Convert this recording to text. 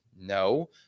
no